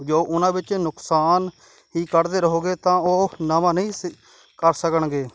ਜੋ ਉਹਨਾਂ ਵਿੱਚ ਨੁਕਸਾਨ ਹੀ ਕੱਢਦੇ ਰਹੋਗੇ ਤਾਂ ਉਹ ਨਵਾਂ ਨਹੀਂ ਸ ਕਰ ਸਕਣਗੇ